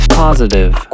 positive